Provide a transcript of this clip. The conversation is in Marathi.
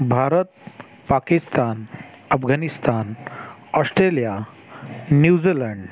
Bharat Pakistan Afghanistan Australia New Zealand